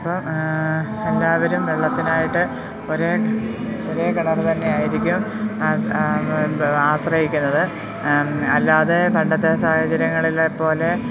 അപ്പം എല്ലാവരും വെള്ളത്തിനായിട്ട് ഒരേ ഒരേ കിണര് തന്നെയായിരിക്കും ആശ്രയിക്കുന്നത് അല്ലാതെ പണ്ടത്തെ സാഹചര്യങ്ങളിലെ പോലെ